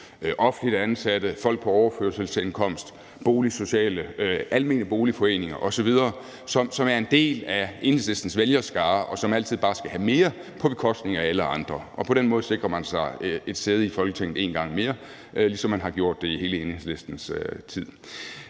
offentligt ansatte, folk på overførselsindkomst, almene boligforeninger osv., som er en del af Enhedslistens vælgerskare, og som altid bare skal have mere på bekostning af alle andre. Og på den måde sikrer man sig et sæde i Folketinget en gang mere, ligesom man har gjort det i hele Enhedslistens tid.